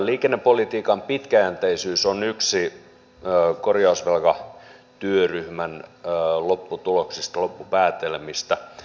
liikennepolitiikan pitkäjänteisyys on yksi korjausvelkatyöryhmän lopputuloksista loppupäätelmistä